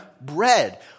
bread